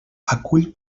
acull